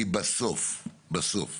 כי בסוף בסוף